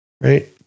right